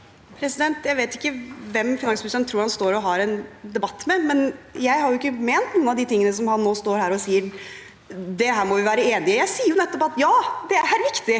Jeg vet ikke hvem finans- ministeren tror han står og har en debatt med. Jeg har jo ikke ment noen av de tingene som han nå står her og sier at vi må være enig i. Jeg sier jo nettopp at ja, det er riktig